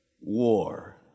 war